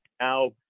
now